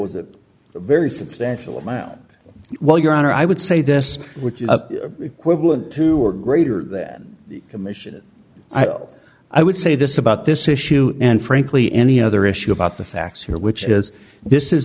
was a very substantial amount well your honor i would say this which is equivalent to or greater than the commission iow i would say this about this issue and frankly any other issue about the facts here which is this is